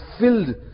filled